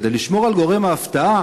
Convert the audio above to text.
כדי לשמור על גורם ההפתעה